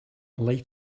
light